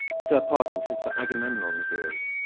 sir, pardon tis for agamemnon's ears.